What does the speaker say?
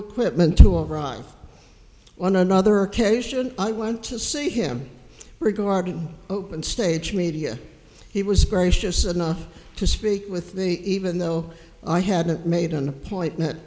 equipment to iran one another cation i went to see him regarding open stage media he was gracious enough to speak with the even though i hadn't made an appointment